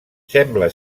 sembla